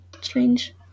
strange